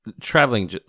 traveling